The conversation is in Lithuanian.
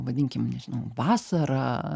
vadinkim nežinau vasarą